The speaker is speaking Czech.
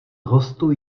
hostů